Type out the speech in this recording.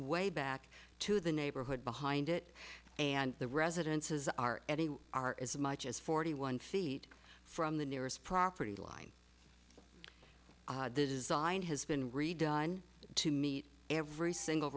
way back to the neighborhood behind it and the residences are are as much as forty one feet from the nearest property line the design has been redone to meet every single